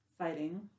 Fighting